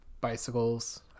bicycles